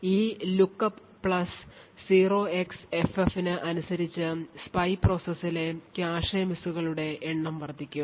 ഈ lookup plus 0x55 ന് അനുസരിച്ച് സ്പൈ പ്രോസസിലെ കാഷെ മിസ്സുകളുടെ എണ്ണം വർദ്ധിക്കും